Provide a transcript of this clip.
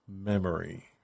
memory